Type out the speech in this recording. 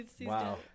wow